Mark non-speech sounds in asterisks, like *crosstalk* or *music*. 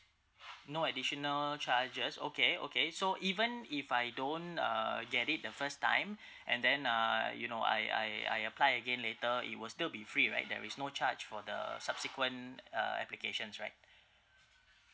*noise* no additional charges okay okay so even if I don't uh get it the first time *breath* and then uh you know I I I apply again later it will still be free right there is no charge for the subsequent uh applications right